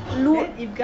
then if guys